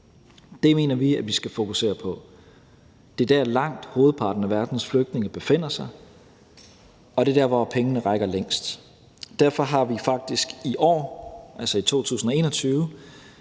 Det mener vi at vi skal fokusere på. Det er dér, langt hovedparten af verdens flygtninge befinder sig, og det er dér, hvor pengene rækker længst. Derfor har vi faktisk i år, altså i 2021,